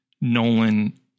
Nolan